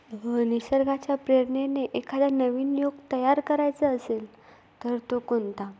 व निसर्गाच्या प्रेरणेने एखादा नवीन योग तयार करायचा असेल तर तो कोणता